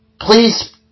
please